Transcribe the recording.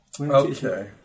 Okay